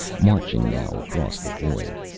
marching now across the void.